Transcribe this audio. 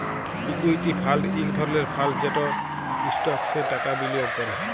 equity fund ইক ধরলের fund যেট ইস্টকসে টাকা বিলিয়গ ক্যরে